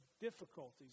difficulties